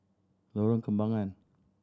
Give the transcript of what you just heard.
Lorong Kembangan